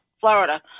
Florida